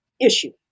issue